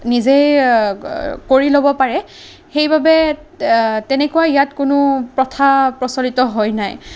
নিজেই কৰি ল'ব পাৰে সেইবাবে তেনেকুৱা ইয়াত কোনো প্ৰথা প্ৰচলিত হৈ নাই